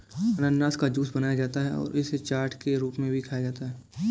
अनन्नास का जूस बनाया जाता है और इसे चाट के रूप में भी खाया जाता है